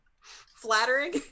flattering